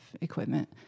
equipment